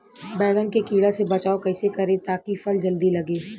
बैंगन के कीड़ा से बचाव कैसे करे ता की फल जल्दी लगे?